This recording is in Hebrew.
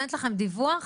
נותנת לכם דיווח?